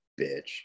bitch